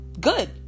good